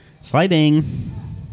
Sliding